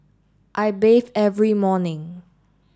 I bathe every morning